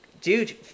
Dude